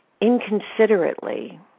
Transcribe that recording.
inconsiderately